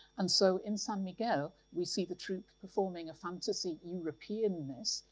and so in san miguel, we see the troupe performing a fantasy european-ness,